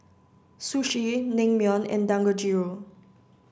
Sushi Naengmyeon and Dangojiru